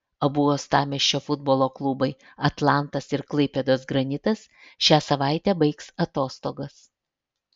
abu uostamiesčio futbolo klubai atlantas ir klaipėdos granitas šią savaitę baigs atostogas